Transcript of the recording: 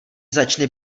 začne